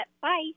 Bye